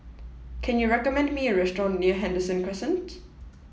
can you recommend me a restaurant near Henderson Crescent